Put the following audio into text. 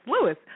lewis